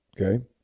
Okay